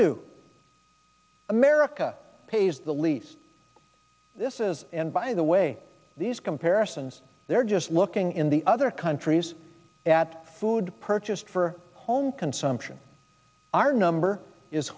do america pays the least this is and by the way these comparisons they're just looking in the other countries at food purchased for home consumption our number is